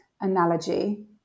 analogy